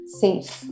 safe